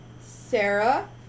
Sarah